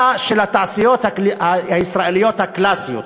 היה של התעשיות הישראליות הקלאסיות,